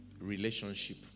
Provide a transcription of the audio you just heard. relationship